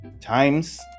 times